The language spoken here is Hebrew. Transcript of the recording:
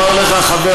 משפחות שלמות אין,